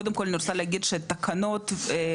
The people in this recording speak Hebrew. קודם כל אני רוצה להגיד שתקנות איכות